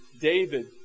David